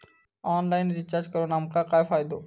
Online recharge करून आमका काय फायदो?